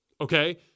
okay